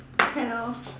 hello